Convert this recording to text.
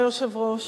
תודה רבה.